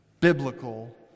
biblical